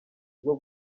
bwo